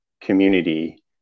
community